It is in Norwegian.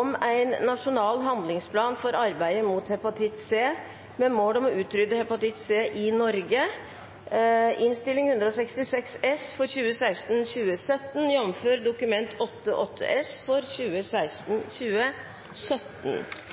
om en nasjonal handlingsplan for arbeidet mot hepatitt C, med mål om å utrydde hepatitt C i Norge. I representantforslaget fremmes forslag om en nasjonal handlingsplan for